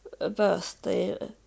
birthday